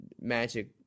magic